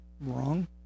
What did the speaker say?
wrong